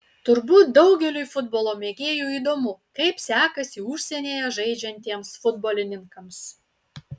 turbūt daugeliui futbolo mėgėjų įdomu kaip sekasi užsienyje žaidžiantiems futbolininkams